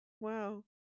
Wow